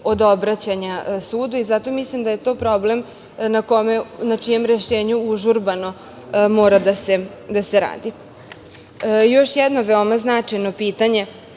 od obraćanja sudu. Zato mislim da je to problem na čijem rešenju užurbano mora da se radi. Još jedno veoma značajno pitanje